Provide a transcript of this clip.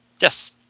Yes